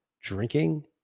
drinking